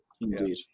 indeed